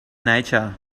nature